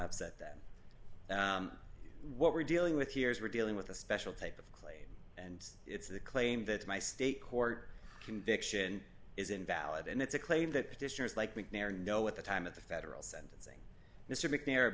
upset that what we're dealing with here is we're dealing with a special type of claim and it's the claim that my state court conviction is invalid and it's a claim that petitioners like macnair know at the time of the federal sentencing